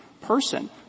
person